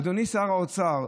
אדוני שר האוצר,